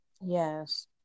Yes